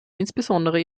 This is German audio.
insbesondere